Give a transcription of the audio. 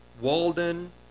Walden